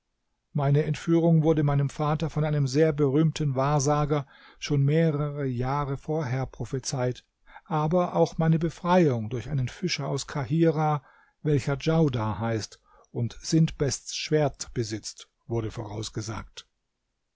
meine entführung wurde meinem vater von einem sehr berühmten wahrsager schon mehrere jahre vorher prophezeit aber auch meine befreiung durch einen fischer aus kahirah welcher djaudar heißt und sintbests schwert besitzt wurde vorausgesagt